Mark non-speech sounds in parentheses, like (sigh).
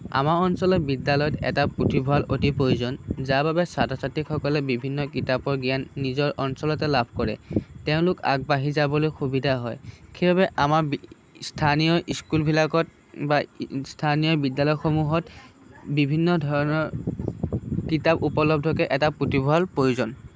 আমাৰ অঞ্চলৰ বিদ্যালয়ত এটা পুথিভঁৰাল অতি প্ৰয়োজন যাৰবাবে ছাত্ৰ ছাত্ৰীসকলে বিভিন্ন কিতাপৰ জ্ঞান নিজৰ অঞ্চলতে লাভ কৰে তেওঁলোক আগবাঢ়ি যাবলৈ সুবিধা হয় সেইবাবে আমাৰ (unintelligible) স্থানীয় স্কুলবিলাকত বা স্থানীয় বিদ্যালয়সমূহত বিভিন্ন ধৰণৰ কিতাপ উপলব্ধকৈ এটা পুথিভঁৰাল প্ৰয়োজন